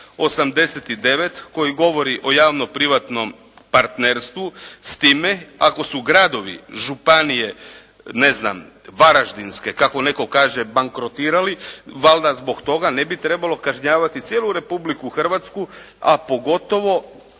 89. koji govori o javno privatnom partnerstvu s time ako su gradovi, županije ne znam Varaždinske kako netko kaže bankrotirali valjda zbog toga ne bi trebalo kažnjavati cijelu Republiku Hrvatsku a pogotovo